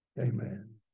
amen